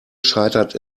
scheitert